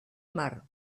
mar